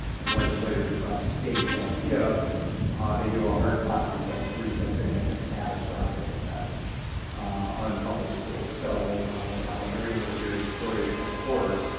and legislators across the state that if they do a hard property tax freeze, that's gonna have a catastrophic effect on public schools. so while everyone is very supportive, of course,